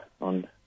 on